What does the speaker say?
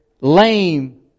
lame